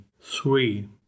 three